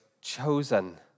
chosen